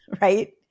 right